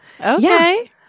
Okay